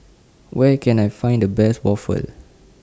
Where Can I Find The Best Waffle